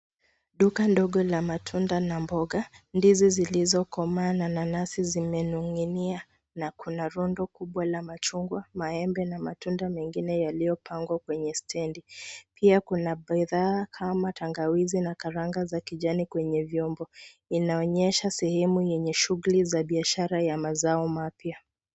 Duka ndogo la matunda na mboga. Ndizi zilizokomaa na nanasi zimening'inia na kuna rundo kubwa la machungwa, maembe na matunda mengine yaliyopangwa kwenye stendi. Pia kuna bidhaa kama tangawizi na karanga za kijani kwenye vyombo. Inaonyesha sehemu yenye shughuli za biashara ya mazao mapya.